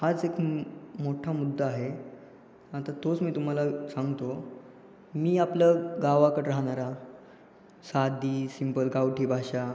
हाच एक मोठा मुद्दा आहे आता तोच मी तुम्हाला सांगतो मी आपलं गावाकडं राहणारा साधी सिम्पल गावठी भाषा